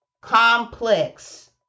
complex